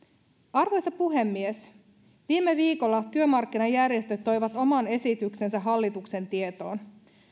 arvoisa puhemies viime viikolla työmarkkinajärjestöt toivat oman esityksensä hallituksen tietoon